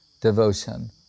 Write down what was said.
devotion